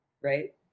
Right